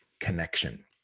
connection